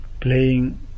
playing